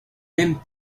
mêmes